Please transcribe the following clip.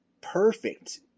perfect